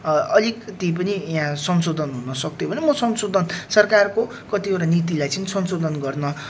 अलिकति पनि यहाँ संशोधन हुन सक्थ्यो भने म संशोधन सरकारको कतिवटा नीतिलाई चाहिँ संशोधन गर्न